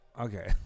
Okay